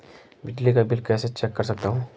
बिजली का बिल कैसे चेक कर सकता हूँ?